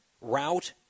route